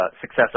success